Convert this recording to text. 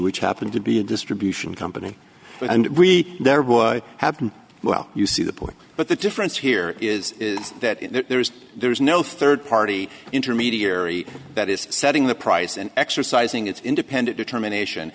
which happened to be a distribution company and we have been well you see the point but the difference here is is that there is there is no third party intermediary that is setting the price and exercising its independent determination